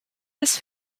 his